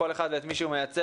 כל אחד את מי שהוא מייצג,